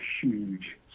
huge